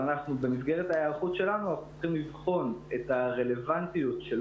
במסגרת ההיערכות שלנו אנחנו צריכים לבחון את הרלוונטיות של